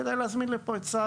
כדאי להזמין לפה צה"ל,